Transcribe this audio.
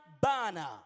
banner